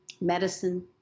medicine